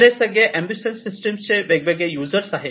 तर हे सगळे अँम्बुसेंन्स सिस्टीम चे वेगवेगळे युजर्स आहेत